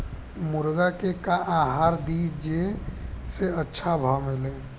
मुर्गा के का आहार दी जे से अच्छा भाव मिले?